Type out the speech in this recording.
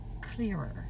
clearer